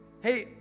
Hey